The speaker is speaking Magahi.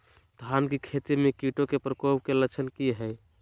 धान की खेती में कीटों के प्रकोप के लक्षण कि हैय?